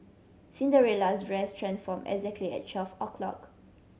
Cinderella's dress transformed exactly at twelve o'clock